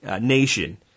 nation